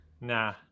Nah